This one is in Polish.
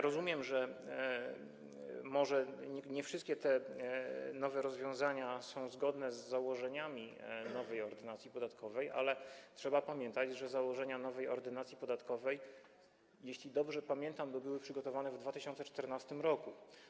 Rozumiem, że może nie wszystkie nowe rozwiązania są zgodne z założeniami nowej Ordynacji podatkowej, ale trzeba pamiętać, że założenia nowej Ordynacji podatkowej, jeśli dobrze pamiętam, były przygotowane w 2014 r.